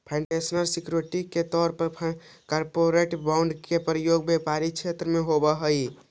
financial security के तौर पर कॉरपोरेट बॉन्ड के प्रयोग व्यापारिक क्षेत्र में होवऽ हई